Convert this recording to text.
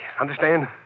Understand